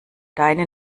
deine